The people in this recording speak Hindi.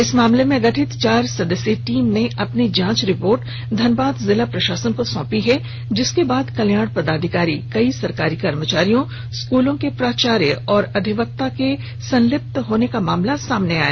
इस मामले में गठित चार सदस्य टीम ने अपनी जांच रिपोर्ट धनबाद जिला प्रशासन को सौंपा जिसके बाद कल्याण पदाधिकारी कई सरकारी कर्मचारियों स्कूलों के प्राचार्य और अधिवक्ता के संलिप्त होने को मामला सामने आया